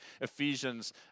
Ephesians